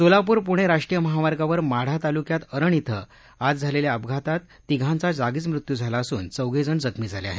सोलापूर पूर्णे राष्ट्रीय महामार्गावर माढा तालुक्यात अरण श्विं आज झालेल्या अपघातात तिघांचा जागीच मृत्यू झाला असून चौघेजण जखमी झाले आहेत